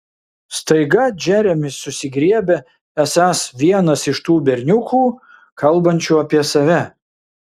staiga džeremis susigriebia esąs vienas iš tų berniukų kalbančių apie save